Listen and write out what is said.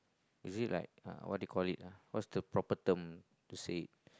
is it like uh what do you call it ah what's the proper term to say it